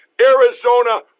arizona